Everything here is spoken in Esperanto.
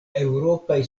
eŭropaj